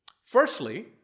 Firstly